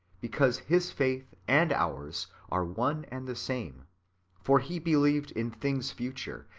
because his faith and ours are one and the same for he be lieved in things future,